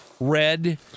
Red